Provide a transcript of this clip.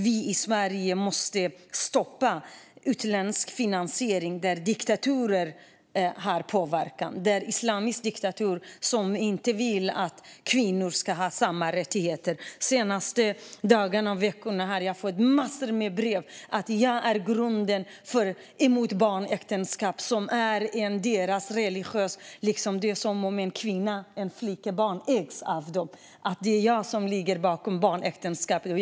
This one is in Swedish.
Vi i Sverige måste stoppa utländsk finansiering där diktaturer försöker påverka. Det handlar till exempel om islamisk diktatur som inte vill att kvinnor ska ha samma rättigheter som män. Under de senaste dagarna och veckorna har jag fått massor av brev som anger att jag är orsaken till att man är emot barnäktenskap här, något som ingår i deras religion. Det är som om kvinnor och flickebarn ägs av dem. De säger att det är jag som ligger bakom att det inte är tillåtet.